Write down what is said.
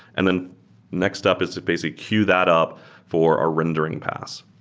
and then next step is basically queue that up for our rendering pass,